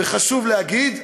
וחשוב להגיד,